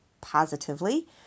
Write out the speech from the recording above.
positively